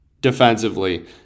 defensively